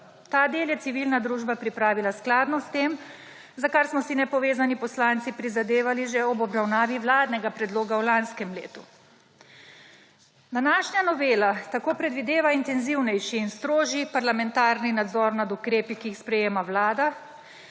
Ta del je civilna družba pripravila skladno s tem, za kar smo si nepovezani poslanci prizadevali že ob obravnavi vladnega predloga v lanskem letu. Današnja novela tako predvideva intenzivnejši in strožji parlamentarni nadzor nad ukrepi, ki jih sprejema Vlada